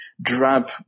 drab